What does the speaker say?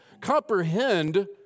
comprehend